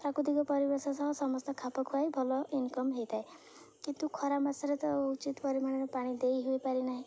ପ୍ରାକୃତିକ ପରିବେଶ ସହ ସମସ୍ତେ ଖାପ ଖୁଆାଇ ଭଲ ଇନକମ୍ ହୋଇଥାଏ କିନ୍ତୁ ଖରା ମାସରେ ତ ଉଚିତ୍ ପରିମାଣରେ ପାଣି ଦେଇ ହୋଇପାରିନାହିଁ